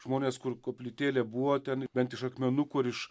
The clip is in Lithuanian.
žmonės kur koplytėlė buvo ten bent iš akmenukų ar iš